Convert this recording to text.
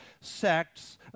sects